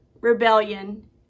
rebellion